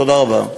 תודה רבה.